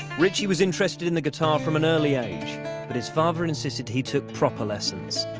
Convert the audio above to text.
ritchie was interested in the guitar from an early age but his father insisted he took proper lessons.